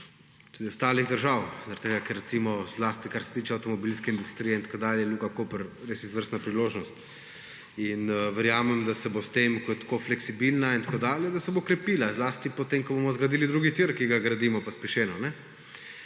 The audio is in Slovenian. tudi ostalih držav zaradi tega, recimo, ker zlasti kar se tiče avtomobilske industrije in tako naprej, je Luka Koper res izvrstna priložnost. Verjamem, da se bo s tem, ko je tako fleksibilna in tako dalje, da se bo krepila, zlasti potem ko bomo zgradili drugi tir, ki ga gradimo pospešeno.